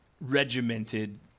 regimented